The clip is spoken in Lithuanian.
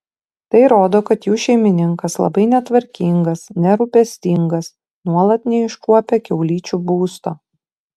tai rodo kad jų šeimininkas labai netvarkingas nerūpestingas nuolat neiškuopia kiaulyčių būsto